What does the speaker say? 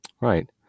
Right